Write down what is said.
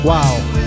Wow